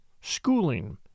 schooling